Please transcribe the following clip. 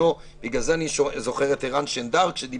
לטייב